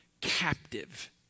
captive